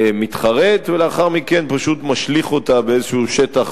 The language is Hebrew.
מתחרט ולאחר מכן פשוט משליך אותה באיזה שטח